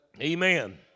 Amen